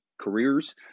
careers